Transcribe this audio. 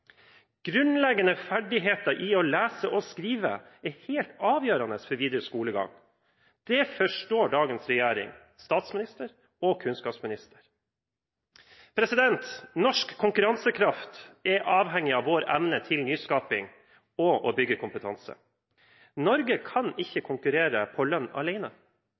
Grunnleggende ferdigheter i å lese og skrive er helt avgjørende for videre skolegang. Det forstår dagens regjering, statsminister og kunnskapsminister. Norsk konkurransekraft er avhengig av vår evne til nyskaping og kompetansebygging. Norge kan ikke konkurrere på lønn